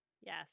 Yes